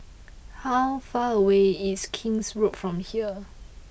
how far away is King's Road from here